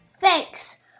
Thanks